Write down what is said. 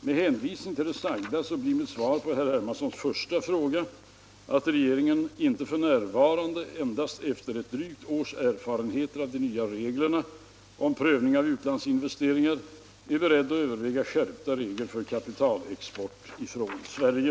Med hänvisning till det sagda blir mitt svar på herr Hermanssons första fråga att regeringen inte f.n. — efter endast drygt ett års erfarenheter av de nya reglerna om prövning av utlandsinvesteringar — är beredd att överväga skärpta regler för kapitalexport från Sverige.